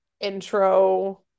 intro